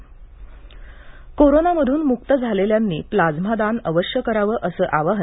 plasma कोरोनामधून मुक्त झालेल्यांनी प्लाझ्मा दान अवश्य करावं असं आवाहन